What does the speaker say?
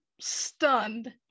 stunned